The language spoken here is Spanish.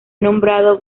nombrado